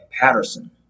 Patterson